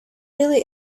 really